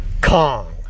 Kong